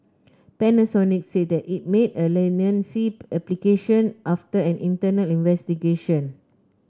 Panasonic said that it made a leniency application after an internal investigation